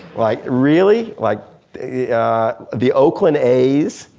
like really? like, the the oakland a's?